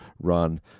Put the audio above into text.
run